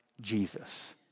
Jesus